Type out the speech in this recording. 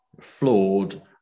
flawed